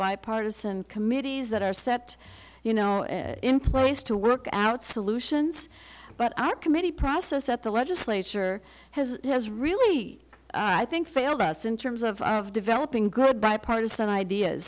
bipartisan committees that are set you know in place to work out solutions but our committee process that the legislature has has really i think failed us in terms of developing good bipartisan ideas